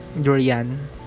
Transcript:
Durian